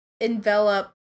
envelop